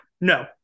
No